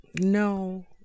No